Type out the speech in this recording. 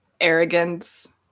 arrogance